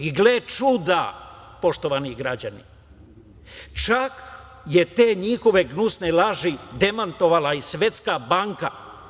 Gle čuda, poštovani građani, čak je te njihove gnusne laži demantovala i Svetska banka.